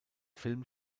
film